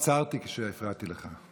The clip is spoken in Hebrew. עצרתי כשהפרעתי לך.